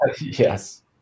Yes